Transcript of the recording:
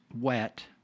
wet